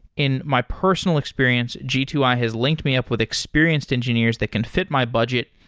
in my personal experience, g two i has linked me up with experienced engineers that can fit my budget,